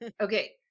okay